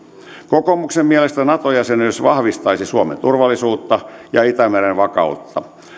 kokoomuksen mielestä nato jäsenyys vahvistaisi suomen turvallisuutta ja itämeren vakautta